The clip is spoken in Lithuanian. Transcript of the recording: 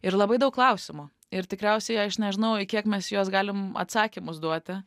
ir labai daug klausimų ir tikriausiai aš nežinau į kiek mes juos galim atsakymus duoti